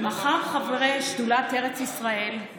מחר חברי שדולת ארץ ישראל,